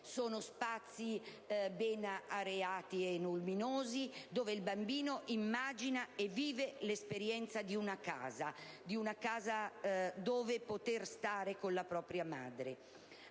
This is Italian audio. di spazi ben areati e luminosi, dove il bambino immagina e vive l'esperienza di una casa dove poter stare con la propria madre.